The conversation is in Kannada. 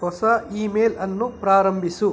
ಹೊಸ ಇಮೇಲ್ ಅನ್ನು ಪ್ರಾರಂಭಿಸು